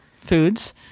foods